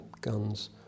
guns